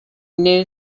knew